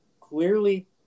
Clearly